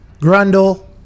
grundle